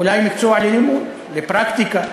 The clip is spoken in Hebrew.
אולי מקצוע ללימוד, לפרקטיקה.